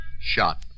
Shot